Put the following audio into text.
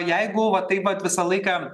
jeigu va taip vat visą laiką